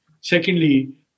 Secondly